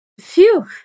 Phew